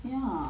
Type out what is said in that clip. ya